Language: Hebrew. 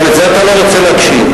גם לזה אתה לא רוצה להקשיב?